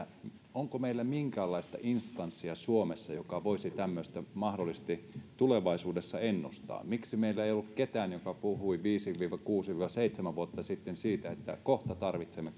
onko meillä minkäänlaista instanssia suomessa joka voisi tämmöistä mahdollisesti tulevaisuudessa ennustaa miksi meillä ei ollut ketään joka puhui viisi viiva kuusi seitsemän vuotta sitten siitä että kohta tarvitsemme